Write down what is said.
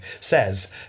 says